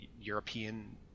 European